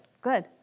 good